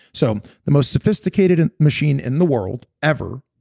so the most sophisticated and machine in the world, ever,